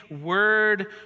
word